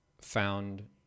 found